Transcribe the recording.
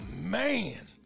man